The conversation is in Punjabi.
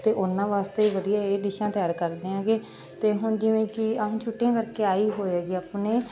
ਅਤੇ ਉਹਨਾਂ ਵਾਸਤੇ ਵਧੀਆ ਇਹ ਡਿਸ਼ਾਂ ਤਿਆਰ ਕਰਦੇ ਹੈਗੇ ਅਤੇ ਹੁਣ ਜਿਵੇਂ ਕਿ ਆਹ ਹੁਣ ਛੁੱਟੀਆਂ ਕਰਕੇ ਆਏ ਹੀ ਹੋਏ ਹੈਗੇ ਆਪਣੇ